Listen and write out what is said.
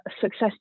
success